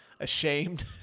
ashamed